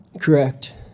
Correct